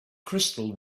crystal